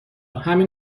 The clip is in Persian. همین